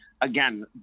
again